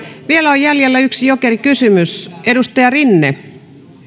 vielä on jäljellä yksi jokerikysymys edustaja rinne